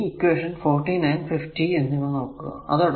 ഇനി ഈ ഇക്വേഷൻ 49 50 എന്നിവ നോക്കുക